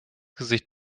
gesicht